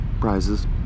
prizes